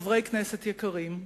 חברי כנסת יקרים,